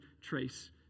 trace